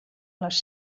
les